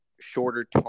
shorter